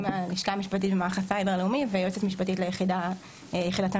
מהלשכה המשפטית במערך הסייבר הלאומי ויועצת משפטית ליחידת הממונה.